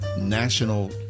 national